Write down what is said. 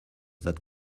that